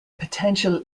potential